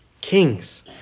kings